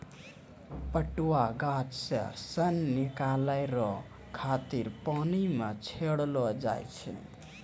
पटुआ गाछ से सन निकालै रो खातिर पानी मे छड़ैलो जाय छै